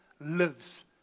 lives